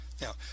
Now